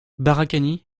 barakani